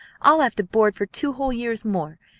i'll have to board for two whole years more,